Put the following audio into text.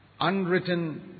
unwritten